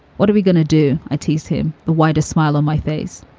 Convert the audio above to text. what are we going to do? i teach him the widest smile on my face.